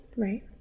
Right